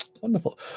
wonderful